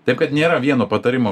taip kad nėra vieno patarimo